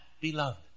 beloved